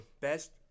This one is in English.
best